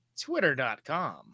Twitter.com